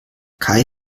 kai